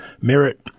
merit